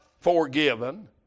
forgiven